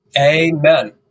amen